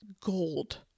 gold